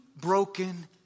broken